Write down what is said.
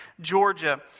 Georgia